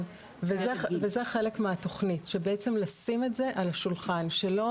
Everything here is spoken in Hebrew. וזה חלק מהתוכנית שבעצם לשים את זה על השולחן שלו.